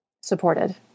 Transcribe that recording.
supported